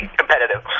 competitive